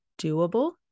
doable